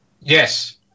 Yes